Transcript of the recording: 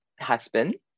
husband